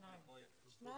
יש שניים.